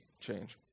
change